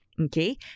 Okay